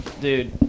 Dude